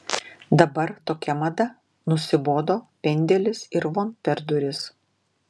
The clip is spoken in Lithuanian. dabar tokia mada nusibodo pendelis ir von per duris